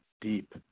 deep